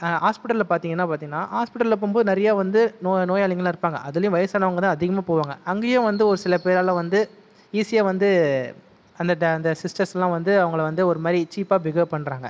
ஹாஸ்பிடலில் பார்த்திங்கன்னா பார்த்திங்கனா ஹாஸ்பிடலில் போகும்போது நிறைய வந்து நோயாளிங்கள்லாம் இருப்பாங்க அதுலேயும் வயதானவங்கதான் அதிகமாக போவாங்க அங்கேயும் வந்து ஒரு சில பேரால் வந்து ஈசியாக வந்து அந்த சிஸ்டர்ஸ்லாம் வந்து அவங்களை வந்து ஒரு மாதிரி சீப்பாக பிஹேவ் பண்ணுறாங்க